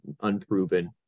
unproven